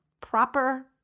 proper